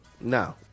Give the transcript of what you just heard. No